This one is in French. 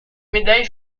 médaille